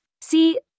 See